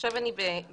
עכשיו אני בסעיף